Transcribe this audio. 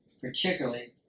particularly